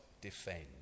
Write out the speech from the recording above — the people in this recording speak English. defend